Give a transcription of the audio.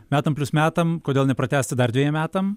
metam plius metam kodėl nepratęsti dar dvejiem metam